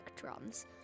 drums